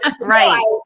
Right